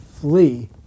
flee